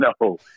No